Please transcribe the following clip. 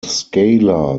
scalar